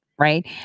Right